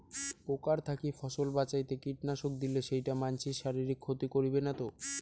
পোকার থাকি ফসল বাঁচাইতে কীটনাশক দিলে সেইটা মানসির শারীরিক ক্ষতি করিবে না তো?